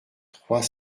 trois